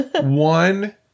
one